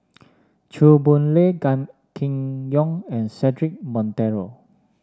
Chew Boon Lay Gan Kim Yong and Cedric Monteiro